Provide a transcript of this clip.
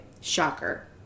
Shocker